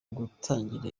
gutangira